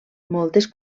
moltes